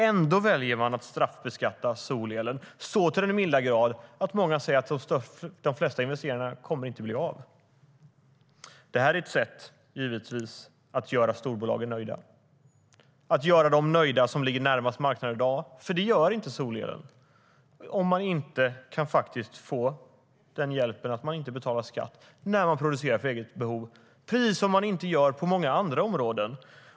Ändå väljer man att straffbeskatta solelen så till den milda grad att många säger att de flesta investeringar inte kommer att bli av. Det här är givetvis ett sätt att göra storbolagen nöjda, att göra dem nöjda som ligger närmast marknaden i dag. Det gör inte solelen, om man inte kan få den hjälpen att man inte betalar skatt när man producerar för eget behov, vilket är fallet på många andra områden.